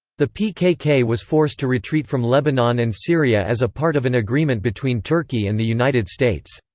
the pkk was forced to retreat from lebanon and syria as a part of an agreement between turkey and the united states.